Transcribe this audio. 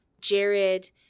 jared